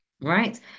right